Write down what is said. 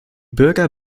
bürger